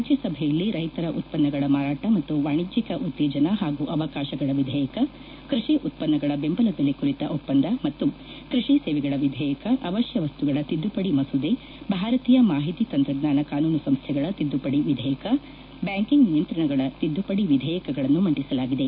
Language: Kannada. ರಾಜ್ಯ ಸಭೆಯಲ್ಲಿ ರೈತರ ಉತ್ಪನ್ನಗಳ ಮಾರಾಟ ಮತ್ತು ವಾಣಿಜ್ಜಿಕ ಉತ್ತೇಜನ ಹಾಗೂ ಅವಕಾಶಗಳ ವಿದೇಯಕಕೃಷಿ ಉತ್ತನ್ನಗಳ ಬೆಂಬಲ ಬೆಲೆ ಕುರಿತ ಒಪ್ಪಂದ ಮತ್ತು ಕೃಷಿ ಸೇವೆಗಳ ವಿಧೇಯಕ ಅವಶ್ಯ ವಸ್ತುಗಳ ತಿದ್ಲುಪಡಿ ಮಸೂದೆ ಭಾರತೀಯ ಮಾಹಿತಿ ತಂತ್ರಜ್ಞಾನ ಕಾನೂನು ಸಂಸ್ಲೆಗಳ ತಿದ್ಲುಪಡಿ ವಿಧೇಯಕ ಬ್ಯಾಂಕಿಂಗ್ ನಿಯಂತ್ರಣಗಳ ತಿದ್ದುಪಡಿ ವಿಧೇಯಕಗಳನ್ನು ಮಂಡಿಸಲಾಗಿದೆ